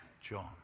John